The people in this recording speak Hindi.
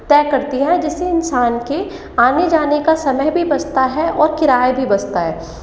तय करती है जिससे इंसान के आगे जाने का समय भी बचता है और किराया भी बचता है